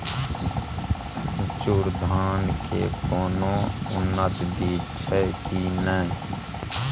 चननचूर धान के कोनो उन्नत बीज छै कि नय?